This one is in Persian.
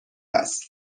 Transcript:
است